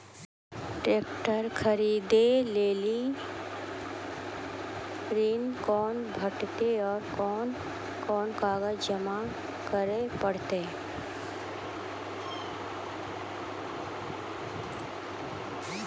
Tractor खरीदै लेल ऋण कुना भेंटते और कुन कुन कागजात जमा करै परतै?